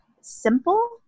simple